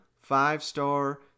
five-star